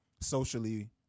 socially